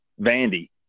Vandy